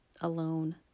alone